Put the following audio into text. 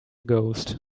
ghost